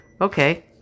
Okay